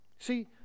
See